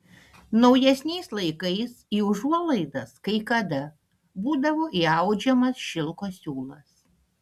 naujesniais laikais į užuolaidas kai kada būdavo įaudžiamas šilko siūlas